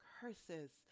curses